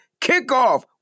kickoff